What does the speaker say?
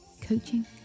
Coaching